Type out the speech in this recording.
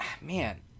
man